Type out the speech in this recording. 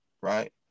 right